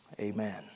Amen